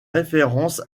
référence